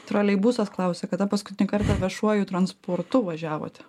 troleibusas klausia kada paskutinį kartą viešuoju transportu važiavote